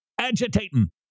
agitating